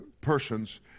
persons